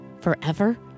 forever